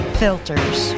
filters